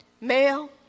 male